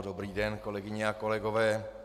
Dobrý den, kolegyně a kolegové.